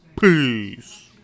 Peace